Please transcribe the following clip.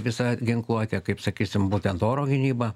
visa ginkluotė kaip sakysim būtent oro gynyba